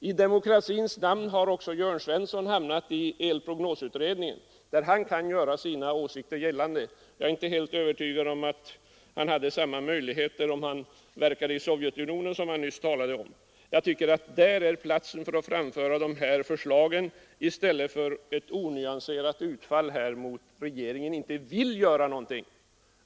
I demokratins namn har också herr Jörn Svensson hamnat i energiprognosutredningen, där han kan göra sina åsikter gällande. Jag är inte helt övertygad om att han skulle ha samma möjligheter att verka i Sovjetunionen, som han nyss talade om. Energiprognosutredningen är enligt min uppfattning platsen för honom att framföra dessa förslag i stället för att här i riksdagen göra ett onyanserat utfall mot regeringen för att den inte vill göra något.